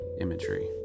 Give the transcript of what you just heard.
imagery